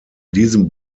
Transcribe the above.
diesem